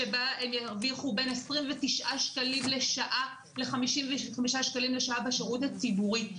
שבה הן ירוויחו בין 29 שקלים לשעה ל-55 שקלים לשעה בשירות הציבורי,